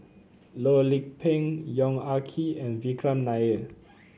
Loh Lik Peng Yong Ah Kee and Vikram Nair